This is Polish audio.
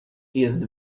jest